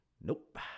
nope